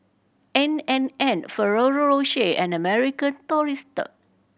N and N Ferrero Rocher and American Tourister